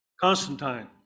Constantine